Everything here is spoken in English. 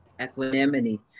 Equanimity